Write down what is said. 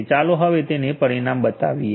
ચાલો હવે તમને પરિણામ બતાવીએ